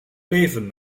leven